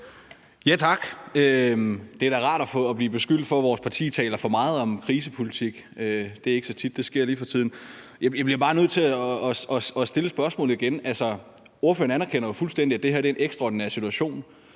Tak. Det er da rart at blive beskyldt for, at vores parti taler for lidt om krisepolitik. Det er ikke så tit, det sker lige for tiden. Jeg bliver bare nødt til at stille spørgsmålet igen. Altså, hr. Nick Zimmermann anerkender jo fuldstændig, at det her er en ekstraordinær situation.